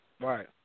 Right